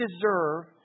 deserve